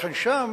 לכן שם